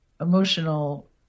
emotional